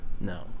No